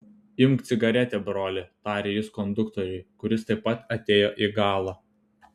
imk cigaretę broli tarė jis konduktoriui kuris taip pat atėjo į galą